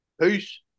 Peace